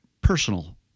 personal